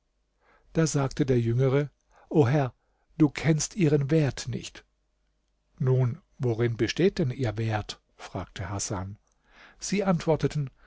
da sagte der jüngere o herr du kennst ihren wert nicht nun worin besteht denn ihr wert fragte hasan sie antworteten